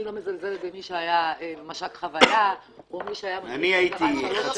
אני לא מזלזלת במי שהיה מש"ק חווי"ה או מי שהיה מדריך בצבא שלוש שנים.